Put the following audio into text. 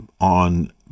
on